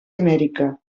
amèrica